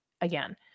again